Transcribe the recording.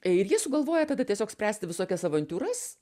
ir jie sugalvoja tada tiesiog spręsti visokias avantiūras